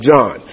John